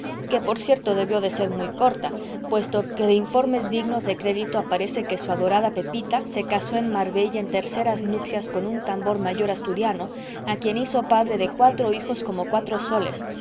que por cierto debió de ser muy corta puesto que de informes dignos de crédito aparece que su adorada pepita se casó en marbella en terceras nupcias con un tambor mayor asturiano a quien hizo padre de cuatro hijos como cuatro soles